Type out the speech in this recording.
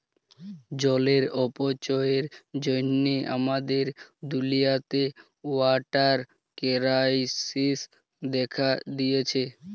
জলের অপচয়ের জ্যনহে আমাদের দুলিয়াতে ওয়াটার কেরাইসিস্ দ্যাখা দিঁয়েছে